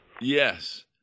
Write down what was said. Yes